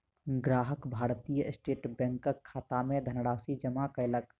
ग्राहक भारतीय स्टेट बैंकक खाता मे धनराशि जमा कयलक